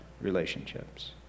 relationships